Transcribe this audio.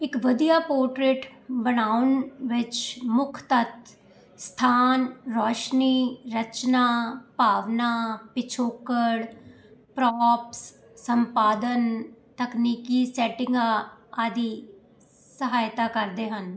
ਇੱਕ ਵਧੀਆ ਪੋਰਟਰੇਟ ਬਣਾਉਣ ਵਿੱਚ ਮੁੱਖ ਤੱਤ ਸਥਾਨ ਰੌਸ਼ਨੀ ਰਚਨਾ ਭਾਵਨਾ ਪਿਛੋਕੜ ਪ੍ਰੋਪਸ ਸੰਪਾਦਨ ਤਕਨੀਕੀ ਸੈਟਿੰਗ ਆਦਿ ਸਹਾਇਤਾ ਕਰਦੇ ਹਨ